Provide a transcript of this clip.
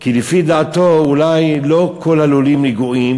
כי לפי דעתו אולי לא כל הלולים נגועים